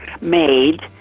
made